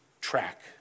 track